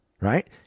right